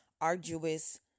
arduous